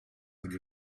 had